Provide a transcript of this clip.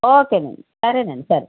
okay నండి సరే నండి సరే